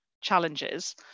challenges